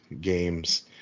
games